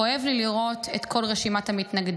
כואב לי לראות את כל רשימת המתנגדים,